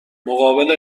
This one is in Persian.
مقابل